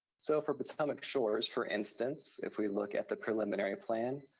so for potomac shores, for instance, if we look at the preliminary plan,